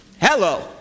Hello